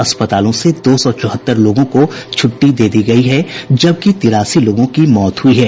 अस्पतालों से दो सौ चौहत्तर लोगों को छुट्टी दे दी गई है जबकि तिरासी लोगों की मौत हुई है